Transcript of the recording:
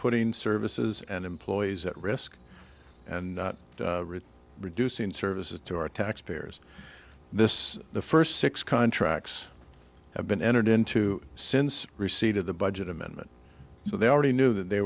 putting services and employees at risk and reducing services to our taxpayers this is the first six contracts have been entered into since receipt of the budget amendment so they already knew that they